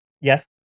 Yes